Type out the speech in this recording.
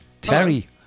Terry